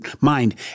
mind